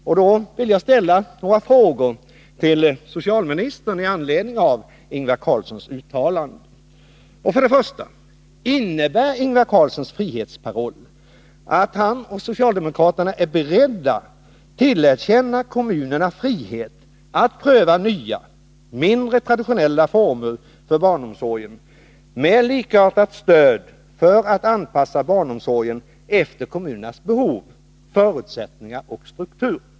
I så fall vill jag rikta några frågor till socialministern med anledning av Ingvar Carlssons uttalande: 1. Innebär Ingvar Carlssons frihetsparoll att han och socialdemokraterna är beredda att tillerkänna kommunerna frihet att pröva nya, mindre traditionella former för barnomsorgen, med likartat stöd, för att barnomsorgen skall kunna anpassas efter kommunernas behov, förutsättningar och struktur?